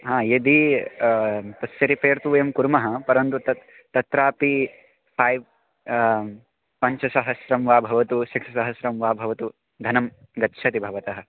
हा यदि तस्य रिपेर् तु वयं कुर्मः परन्तु तत् तत्रापि फ़ैव् पञ्चसहस्रं वा भवतु सिक्स् सहस्रं वा भवतु धनं गच्छति भवतः